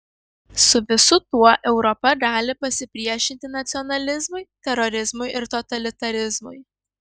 su visu tuo europa gali pasipriešinti nacionalizmui terorizmui ir totalitarizmui